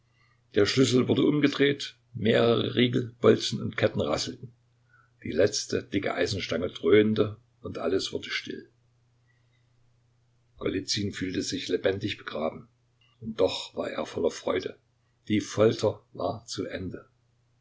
der schlüssel wurde umgedreht mehrere riegel bolzen und ketten rasselten die letzte dicke eisenstange dröhnte und alles wurde still golizyn fühlte sich lebendig begraben und doch war er voller freude die folter war zu ende